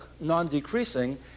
non-decreasing